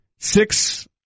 Six